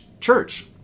church